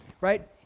right